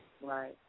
Right